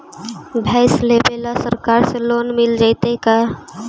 भैंस लेबे ल सरकार से लोन मिल जइतै का?